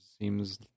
Seems